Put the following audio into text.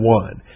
one